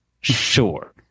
Sure